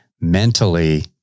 mentally